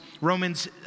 Romans